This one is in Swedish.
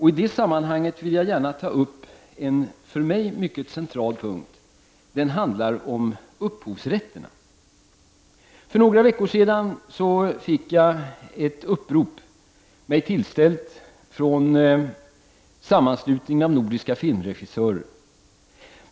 I det sammanhanget vill jag ta upp en för mig mycket central punkt, som handlar om upphovsrätterna. För några veckor sedan fick jag ett upprop mig tillsänt från en sammanslutning av nordiska filmregissörer.